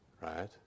Right